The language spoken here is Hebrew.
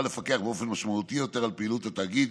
לפקח באופן משמעותי יותר על פעילות התאגיד